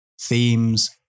themes